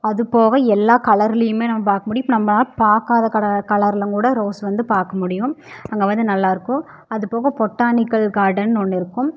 அதுப்போக எல்லா கலர்லேயுமே நம்ம பார்க்கமுடியும் நம்ம பார்க்காத கர கலர்லங்கூட ரோஸ் வந்து பார்க்க முடியும் அங்கே வந்து நல்லாயிருக்கும் அதுப்போக பொட்டானிக்கல் கார்டன்னு ஒன்று இருக்கும்